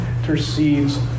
intercedes